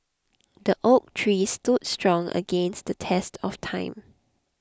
the oak tree stood strong against the test of time